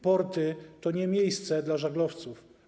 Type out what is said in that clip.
Porty to nie miejsce dla żaglowców.